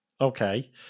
okay